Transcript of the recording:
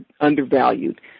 undervalued